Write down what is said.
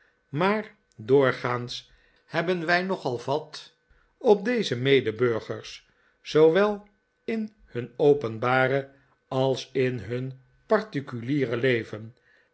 maar doorgaans hebben wij nogal vat op onze medeburgers zoowel in hun openbare als in hun particuliere leven